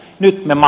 nyt nämä